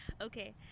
Okay